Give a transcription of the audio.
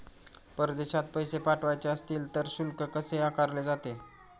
परदेशात पैसे पाठवायचे असतील तर शुल्क कसे आकारले जाते?